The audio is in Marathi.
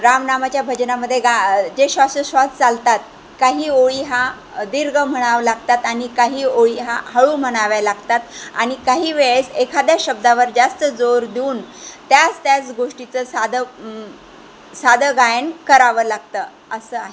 राम नामाच्या भजनामध्ये गा जे श्वासोश्वास चालतात काही ओळी हा दीर्घ म्हणावं लागतात आणि काही ओळी हा हळू म्हणाव्या लागतात आणि काही वेळेस एखाद्या शब्दावर जास्त जोर देऊन त्याच त्याच गोष्टीचं साधं साधं गायन करावं लागतं असं आहे